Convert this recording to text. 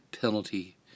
penalty